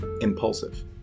impulsive